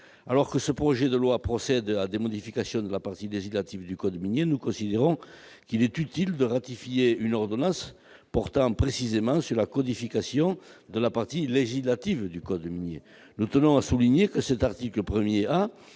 Alors que le présent projet de loi procède à des modifications de la partie législative du code minier, nous considérons qu'il est utile de ratifier une ordonnance portant précisément sur la codification de celle-ci. Nous tenons à souligner que cet article 1 A